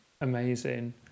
Amazing